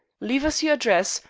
leave us your address,